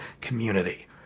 community